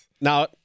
now